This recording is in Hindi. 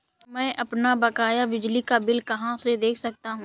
मैं अपना बकाया बिजली का बिल कहाँ से देख सकता हूँ?